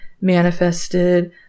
manifested